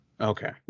Okay